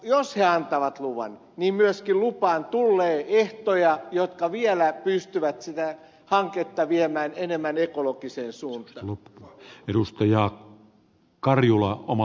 jos he antavat luvan niin myöskin lupaan tullee ehtoja jotka vielä pystyvät sitä hanketta viemään enemmän ekologiseen suuntaan